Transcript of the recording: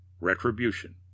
Retribution